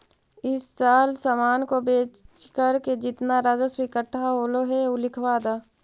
इस साल सामान को बेचकर जितना राजस्व इकट्ठा होलो हे उ लिखवा द